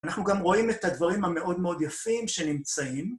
אנחנו גם רואים את הדברים המאוד מאוד יפים שנמצאים.